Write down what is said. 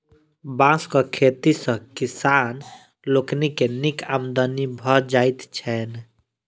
बाँसक खेती सॅ किसान लोकनि के नीक आमदनी भ जाइत छैन